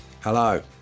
Hello